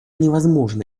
невозможно